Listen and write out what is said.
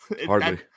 Hardly